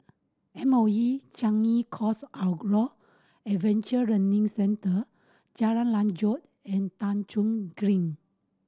M O E Changi Coast Outdoor Adventure Learning Centre Jalan Lanjut and Thong Soon Green